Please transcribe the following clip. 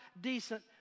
decent